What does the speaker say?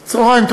כבר צהריים.